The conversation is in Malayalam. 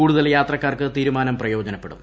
കൂടുതൽ യാത്രക്കാർക്ക് തീരുമാനം പ്രയോജനപ്പെടും